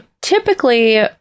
typically